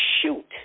shoot